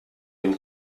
dem